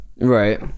right